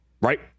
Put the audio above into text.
right